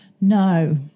No